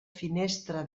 finestra